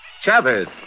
Chavez